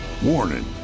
Warning